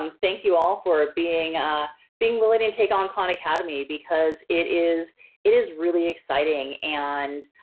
um thank you all for being ah being willing to and take on khan academy because it is it is really exciting. and,